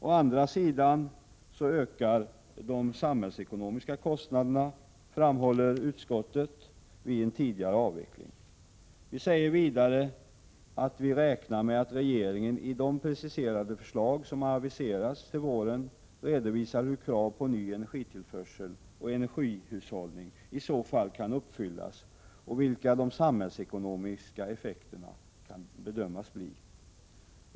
Å andra sidan ökar de samhällsekonomiska kostnaderna, framhåller utskottet, vid en tidigare avveckling. Vi säger vidare att vi räknar med att regeringen i de preciserade förslag som har aviserats till våren redovisar hur kraven på ny energitillförsel och energihushållning i så fall kan uppfyllas och vilka de samhällsekonomiska effekterna kan bedömas bli.